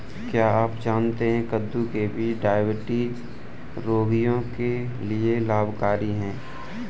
क्या आप जानते है कद्दू के बीज डायबिटीज रोगियों के लिए लाभकारी है?